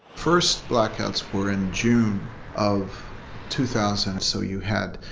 first blackouts were in june of two thousand. so you had